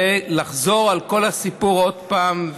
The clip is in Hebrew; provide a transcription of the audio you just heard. לחזור על כל הסיפור עוד פעם,